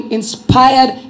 inspired